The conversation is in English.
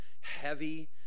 heavy